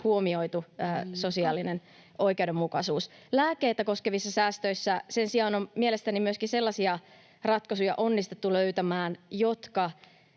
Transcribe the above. Aika!] sosiaalinen oikeudenmukaisuus. Lääkkeitä koskevissa säästöissä sen sijaan on mielestäni myöskin onnistuttu löytämään